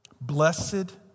Blessed